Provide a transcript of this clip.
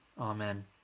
Amen